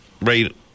right